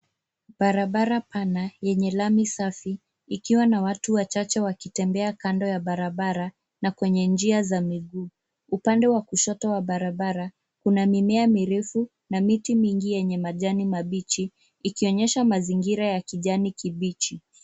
Barabara pana yenye lami safi ikiwa na watu watatu wakitembea kando ya barabara na kwenye njia za miguu. Upande wa kushoto wa barabara, kuna mimea mirefu na miti mingi yenye majani mabichi, ikionyesha mazingira ya kijani kibichi.